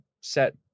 set